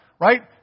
right